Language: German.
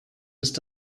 ist